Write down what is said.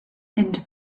into